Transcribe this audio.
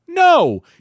No